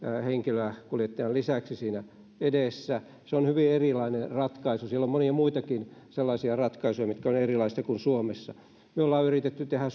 henkilöä kuljettajan lisäksi siinä edessä se on hyvin erilainen ratkaisu siellä on monia muitakin sellaisia ratkaisuja mitkä ovat erilaisia kuin suomessa me olemme yrittäneet tehdä